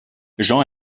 jean